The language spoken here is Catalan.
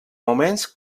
moments